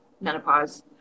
menopause